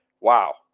wow